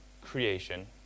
creation